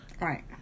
Right